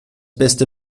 beste